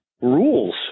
Rules